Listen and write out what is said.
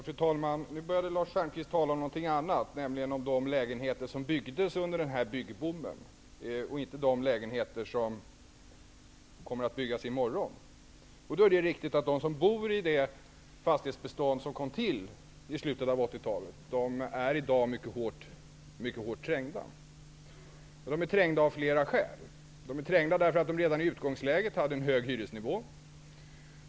Fru talman! Nu började Lars Stjernkvist att tala om någonting annat, nämligen de lägenheter som byggdes under byggboomen och inte de lägenhe ter som kommer att byggas i morgon. Det är riktigt att de som bor i det fastighetsbe stånd som kom till under slutet av 80-talet i dag är mycket hårt trängda. De är trängda av flera skäl. De är trängda därför att de redan i utgångsläget hade en hög hyresnivå.